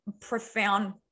profound